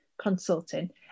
Consulting